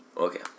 Okay